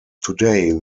today